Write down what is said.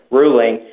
ruling